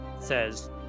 says